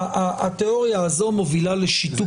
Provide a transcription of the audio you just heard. התיאוריה הזו מובילה לשיתוק.